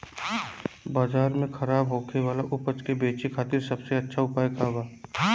बाजार में खराब होखे वाला उपज के बेचे खातिर सबसे अच्छा उपाय का बा?